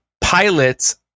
pilots